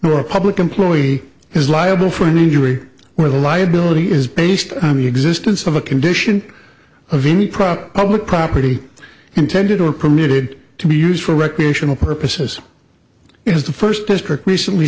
nor a public employee is liable for an injury where the liability is based on the existence of a condition of any proper public property intended or permitted to be used for recreational purposes is the first district recently